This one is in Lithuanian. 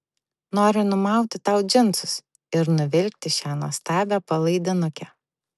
noriu numauti tau džinsus ir nuvilkti šią nuostabią palaidinukę